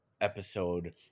episode